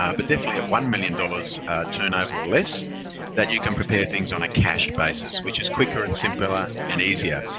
ah but definitely at one million dollars turnover or less that you can prepare things on a cash basis, which is quicker and simpler and easier,